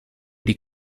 die